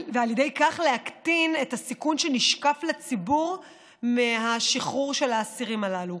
ועל ידי כך להקטין את הסיכון שנשקף לציבור מהשחרור של האסירים הללו.